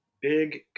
Big